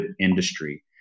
industry